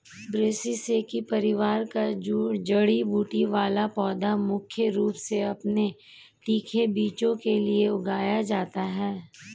ब्रैसिसेकी परिवार का जड़ी बूटी वाला पौधा मुख्य रूप से अपने तीखे बीजों के लिए उगाया जाता है